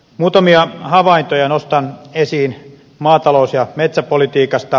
muutamia havaintoja nostan esiin maatalous ja metsäpolitiikasta